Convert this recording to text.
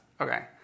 Okay